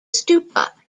stupa